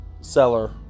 seller